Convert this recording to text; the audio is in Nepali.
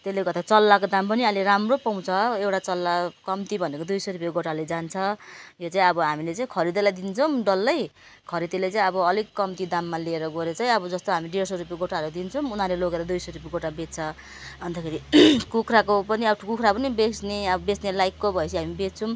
त्यसले गर्दा चल्लाको दाम पनि अहिले राम्रो पाउँछ एउटा चल्ला कम्ती भनेको दुई सय रुप्पे गोटाले जान्छ यो चाहिँ अब हामीले चाहिँ खरिदेलाई दिन्छौँ डल्लै खरिदेले चाहिँ अब अलिक कम्ती दाममा लिएर गएर चाहिँ अब जस्तो हामी डेढ सय रुप्पे गोटाहरू दिन्छौँ उनीहरूले लगेर दुई सय रुप्पे गोटा बेच्दछ अन्तखेरि कुखुराको पनि अब कुखुरा पनि बेच्ने अब बेच्ने लाइकको भए पछि हामी बेच्दछौँ